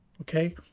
okay